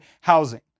housing